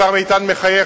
השר איתן מחייך,